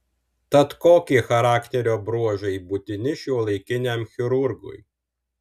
tad kokie charakterio bruožai būtini šiuolaikiniam chirurgui